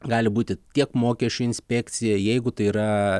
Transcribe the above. gali būti tiek mokesčių inspekcija jeigu tai yra